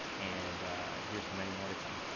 and here's to many more to come.